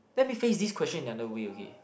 let me face this question in the other way okay